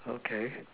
okay